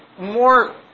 more